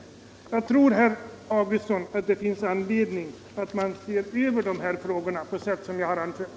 Jag tror, herr Augustsson, att det finns anledning att se över de här frågorna på sätt som jag anfört.